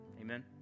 Amen